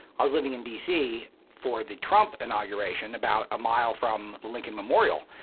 i was living in d c. for the trump inauguration, about a mile from the lincoln memorial.